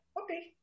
okay